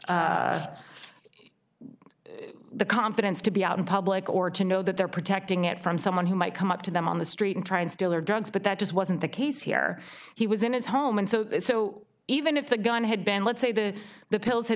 them the confidence to be out in public or to know that they're protecting it from someone who might come up to them on the street and try and steal or drugs but that just wasn't the case here he was in his home and so so even if the gun had been let's say that the pills had